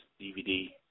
DVD